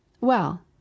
Well